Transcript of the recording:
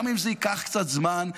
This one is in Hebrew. גם אם זה ייקח קצת זמן,